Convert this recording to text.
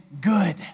good